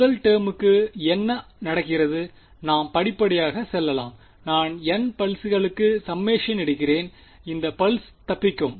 முதல் டெர்முக்கு என்ன நடக்கிறது நாம் படிப்படியாக செல்லலாம் நான் N பல்சகளுக்கு சம்மேஷன் எடுக்கிறேன் எந்த பல்ஸ் தப்பிக்கும்